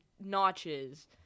notches